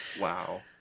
Wow